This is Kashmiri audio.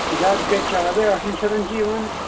زیٛادٕ کَتہِ چھِ حظ ٲٹھَن شَتَن چھِ یِوان